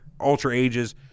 ultra-ages